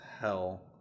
hell